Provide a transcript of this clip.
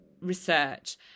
research